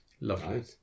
Lovely